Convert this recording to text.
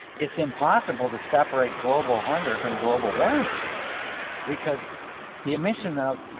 it's impossible to separate global hunger from global warming because the emission of, you